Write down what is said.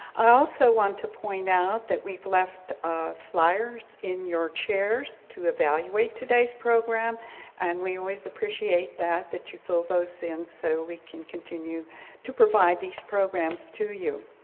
i also want to point out that we've left um flyers in your chairs to evaluate today's program and we always appreciate that that you fill those in so we can continue to provide these programs to you.